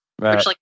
Right